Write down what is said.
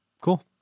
Cool